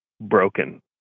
broken